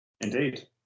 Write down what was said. Indeed